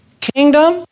Kingdom